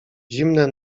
zimne